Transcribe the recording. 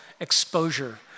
exposure